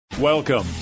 welcome